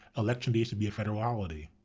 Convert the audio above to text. election day should be a federal holiday.